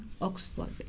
Oxford